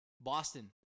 Boston